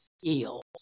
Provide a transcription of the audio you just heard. skills